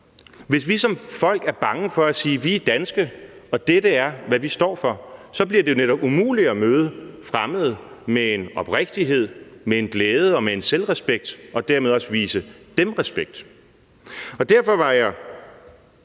Hvis vi som folk er bange for at sige, at vi er danske, og at dette er, hvad vi står for, bliver det netop umuligt at møde fremmede med en oprigtighed, med en glæde og med en selvrespekt og dermed også vise dem respekt.